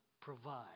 provide